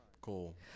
Cool